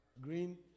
green